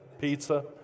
Pizza